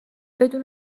بدون